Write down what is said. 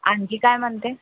आणखी काय म्हणते